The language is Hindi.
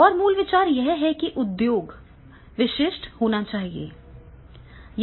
और मूल विचार यह है कि यह उद्योग विशिष्ट होना चाहिए